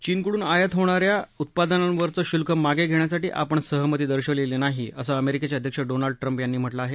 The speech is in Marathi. चीनकडून आयात होणा या उत्पादनांवरचं शुल्क मागे घेण्यासाठी आपण सहमती दर्शवलेली नाही असं अमेरिकेचे अध्यक्ष डोनाल्ड ट्रम्प यांनी म्हटलं आहे